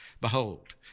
behold